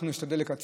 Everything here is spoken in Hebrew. אנחנו נשתדל לקצר.